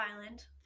Island